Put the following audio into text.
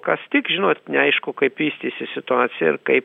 kas tik žinot neaišku kaip vystysis situacija ir kaip